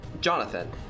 Jonathan